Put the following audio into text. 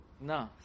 No